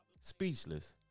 Speechless